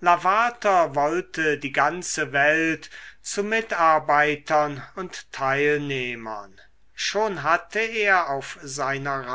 lavater wollte die ganze welt zu mitarbeitern und teilnehmern schon hatte er auf seiner